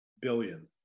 billion